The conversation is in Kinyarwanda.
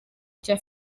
cya